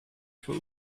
for